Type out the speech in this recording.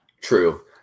True